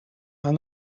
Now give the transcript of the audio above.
aan